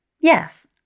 Yes